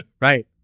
right